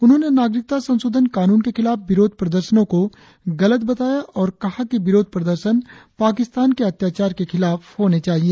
उन्होंने नागरिकता संशोधन कानून के खिलाफ विरोध प्रदर्शनों को गलत बताया और कहा कि विरोध प्रदर्शन पाकिस्तान के अत्याचार के खिलाफ होने चाहिए